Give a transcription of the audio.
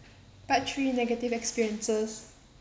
part three negative experiences